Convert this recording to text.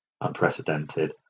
unprecedented